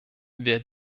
wer